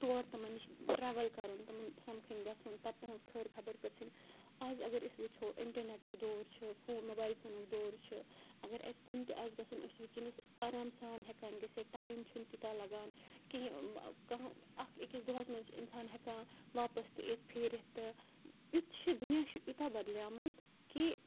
تور تِمَن نِش ٹرٛیوٕل کَرُن تِمَن سَمکھٕنۍ گژھُن پَتہٕ تٕہٕنٛز خٲر خبر پِرٛژھٕنۍ اَز اگر أسۍ وٕچھو اِنٹَرنٮ۪ٹُک دور چھِ فون موبایل فونُک دور چھِ اگر اَسہِ کُن تہِ آسہِ گژھُن أسۍ چھِ وٕنۍکٮ۪نَس آرام سان ہٮ۪کان گٔژھِتھ ٹایم چھُنہٕ تیوٗتاہ لگان کِہیٖنۍ کانٛہہ اَکھ أکِس دۄہَس منٛز چھِ اِنسان ہٮ۪کان واپَس تہِ یِتھ پھیٖرِتھ تہٕ یُتھ چھِ دُنیا چھُ یوٗتاہ بدلیٛامُت کہِ